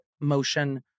motion